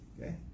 okay